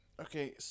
Okay